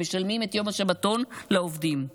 שמשלמים את יום השבתון לעובדים.